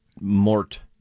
Mort